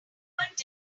albert